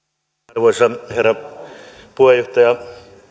arvoisa herra puheenjohtaja